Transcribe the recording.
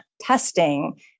testing